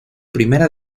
primera